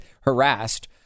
harassed